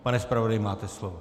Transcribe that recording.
Pane zpravodaji, máte slovo.